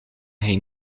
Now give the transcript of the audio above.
hij